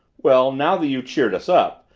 well, now that you've cheered us up,